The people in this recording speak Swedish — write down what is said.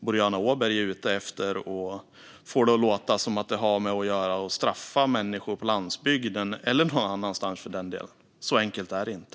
Boriana Åberg får det att låta som att det har att göra med att straffa människor på landsbygden, eller någon annanstans för den delen. Så enkelt är det inte.